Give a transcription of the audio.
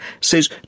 says